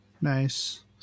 Nice